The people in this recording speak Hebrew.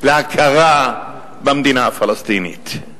להכרה במדינה הפלסטינית.